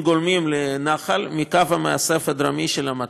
גולמיים לנחל מקו המאסף הדרומי של המט"ש.